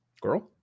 Girl